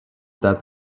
that